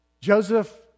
Joseph